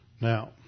Now